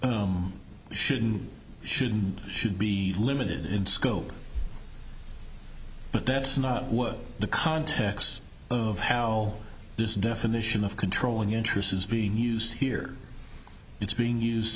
or should should and should be limited in scope but that's not what the context of how this definition of controlling interest is being used here it's being used